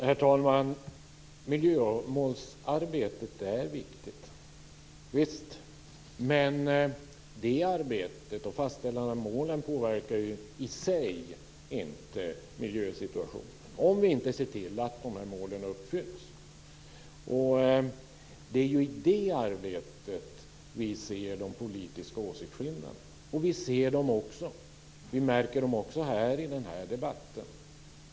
Herr talman! Miljömålsarbetet är viktigt. Men det arbetet och fastställandet av målen påverkar ju inte miljösituationen i sig om vi inte ser till att de här målen uppfylls. Det är ju i det arbetet vi ser de politiska åsiktsskillnaderna. Vi märker dem också i den här debatten.